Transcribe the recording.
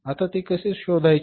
आता ते कसे शोधायचे